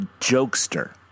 jokester